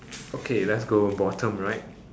okay let's go bottom right